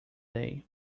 day